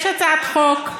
יש הצעת חוק,